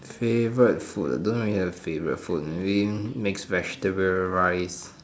favourite food don't really have a favourite food maybe mixed vegetable rice